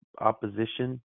opposition